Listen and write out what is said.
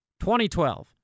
2012